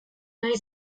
nahi